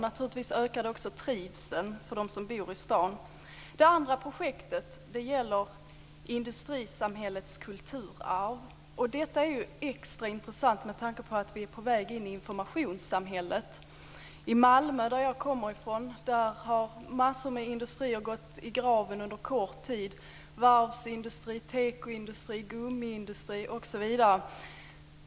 Det ökar också trivseln för de som bor i staden. Det andra projektet gäller industrisamhällets kulturarv. Detta är extra intressant med tanke på att vi är på väg in i informationssamhället. I Malmö där jag kommer ifrån har massor av industrier gått i graven under kort tid, varvsindustri, tekoindustri, gummiindustri osv.